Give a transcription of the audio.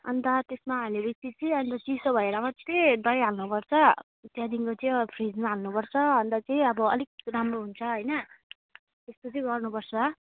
अन्त त्यसमा हालेपछि चाहिँ अन्त चिसो भएर मात्रै दही हाल्नुपर्छ त्यहाँदेखिको त्यो फ्रिजमा हाल्नुपर्छ अन्त चाहिँ अब अलिक राम्रो हुन्छ होइन त्यस्तो चाहिँ गर्नुपर्छ